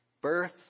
birth